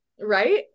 Right